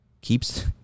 keeps